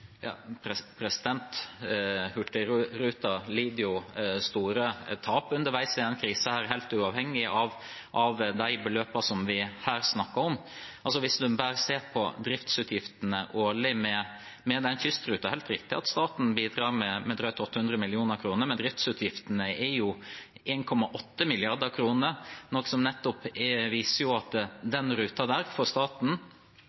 lider jo store tap underveis i denne krisen, helt uavhengig av de beløpene vi her snakker om. Hvis man bare ser på driftsutgiftene årlig med den kystruten: Det er helt riktig at staten bidrar med drøye 800 mill. kr, men driftsutgiftene er jo 1,8 mrd. kr, noe som nettopp viser at staten med omsyn til den ruta òg er